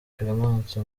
clemence